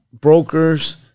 brokers